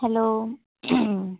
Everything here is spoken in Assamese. হেল্ল'